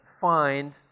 find